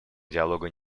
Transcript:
диалогу